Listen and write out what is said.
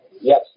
Yes